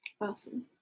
Awesome